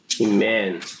Amen